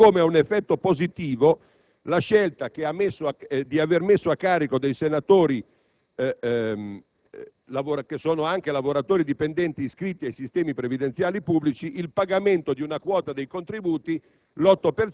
Così come ha un effetto positivo la scelta di aver posto a carico dei senatori lavoratori dipendenti iscritti ai sistemi previdenziali pubblici il pagamento di una quota dei contributi